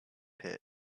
pit